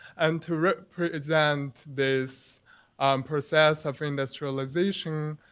and to represent this process of industrialization,